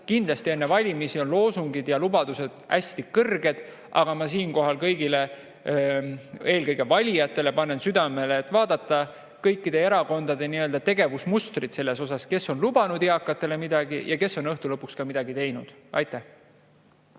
Kindlasti enne valimisi on loosungid ja lubadused hästi suured, aga ma panen siinkohal kõigile, eelkõige valijatele, südamele: vaadake kõikide erakondade tegevusmustreid, kes on lubanud eakatele midagi ja kes on õhtu lõpuks ka midagi teinud. Aitäh!